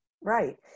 right